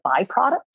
byproduct